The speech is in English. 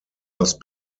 must